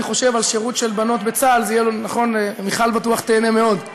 חושב על שירות של בנות בצה"ל מיכל בטוח תיהנה מאוד,